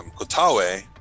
Kotawe